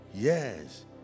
Yes